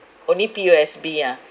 only P_O_S_B ah